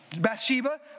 Bathsheba